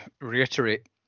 reiterate